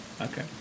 Okay